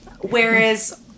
Whereas